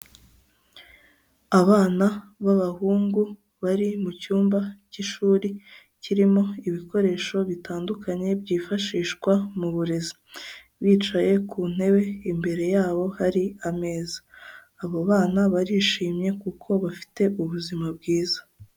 Abana b'abahungu bari mu cyumba cy'ishuri kirimo ibikoresho bitandukanye byifashishwa mu burezi, bicaye ku ntebe imbere yabo hari ameza, abo bana barishimye kuko bafite ubuzima bwiza.